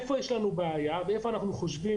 איפה שי לנו בעיה ואיפה אנחנו חושבים